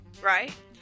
right